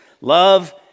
love